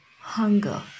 Hunger